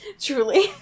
Truly